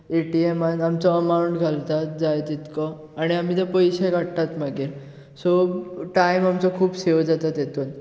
एटीएमांत आमचो अमावंट घालतात जाय तितलो आनी आमी ते पयशे काडटात मागीर सो टायम आमचो खूब सेव जाता तेतून